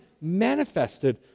manifested